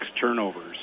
turnovers